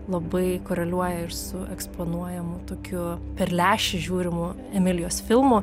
labai koreliuoja ir su eksponuojamų tokiu per lęšį žiūrimu emilijos filmu